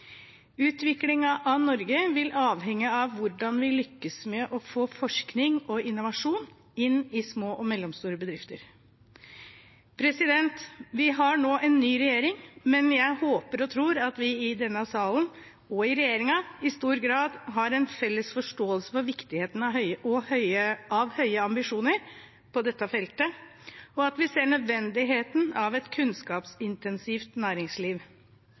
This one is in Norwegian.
av Norge vil avhenge av hvordan vi lykkes med å få forskning og innovasjon inn i små og mellomstore bedrifter. Vi har nå en ny regjering, men jeg håper og tror at vi i denne salen, og i regjeringen, i stor grad har en felles forståelse av viktigheten av høye ambisjoner på dette feltet, og at vi ser nødvendigheten av et kunnskapsintensivt næringsliv.